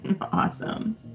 Awesome